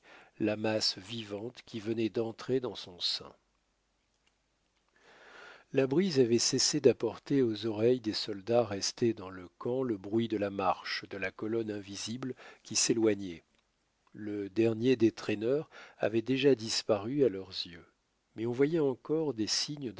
la masse vivante qui venait d'entrer dans son sein la brise avait cessé d'apporter aux oreilles des soldats restés dans le camp le bruit de la marche de la colonne invisible qui s'éloignait le dernier des traîneurs avait déjà disparu à leurs yeux mais on voyait encore des signes